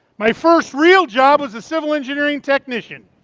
my first real job was a civil engineering technician.